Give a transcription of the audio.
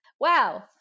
wow